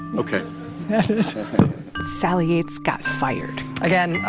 ok sally yates got fired again,